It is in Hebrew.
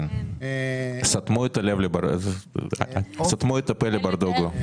סתמו את הפה לברדוגו...